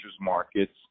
markets